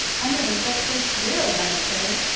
i never felt so thrilled, i declare!